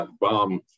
bomb